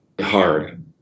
hard